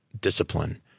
discipline